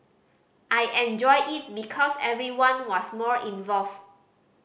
I enjoyed it because everyone was more involved